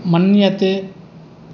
मन्यते